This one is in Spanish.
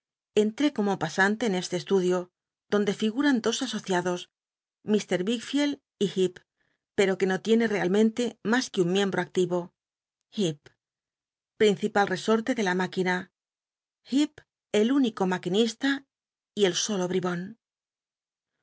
entré como pasanl l n este estudio donde figuran dos asociados mr wickfield y ll ep pero qu l no liene realmente mas que un miembro activo ip principal resorte de la máquina hecp el único maquinista y el solo bribon